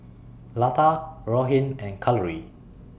Lata Rohit and Kalluri